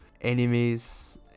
enemies